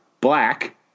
Black